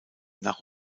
nach